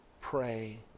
pray